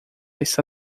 está